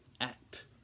act